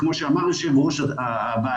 כמו שאמר יושב ראש הוועדה,